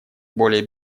более